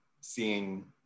seeing